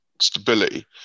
stability